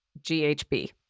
GHB